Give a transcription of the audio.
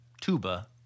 tuba